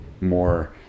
more